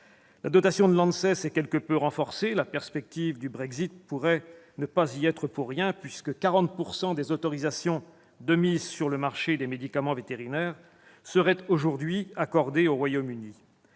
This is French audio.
et du travail, est quelque peu renforcée. La perspective du Brexit pourrait ne pas y être pour rien, puisque 40 % des autorisations de mise sur le marché, les AMM, des médicaments vétérinaires seraient aujourd'hui accordées au Royaume-Uni.